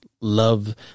love